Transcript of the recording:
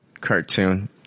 cartoon